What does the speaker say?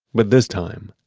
but this time,